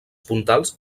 puntals